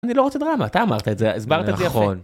אני לא רוצה דרמה, אתה אמרת את זה, הסברת את זה יפה